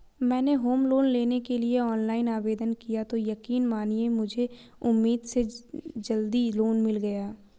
मैंने home loan लेने के लिए ऑनलाइन आवेदन किया तो यकीन मानिए मुझे उम्मीद से जल्दी लोन मिल गया